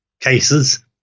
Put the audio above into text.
cases